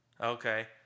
Okay